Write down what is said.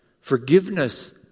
Forgiveness